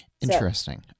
Interesting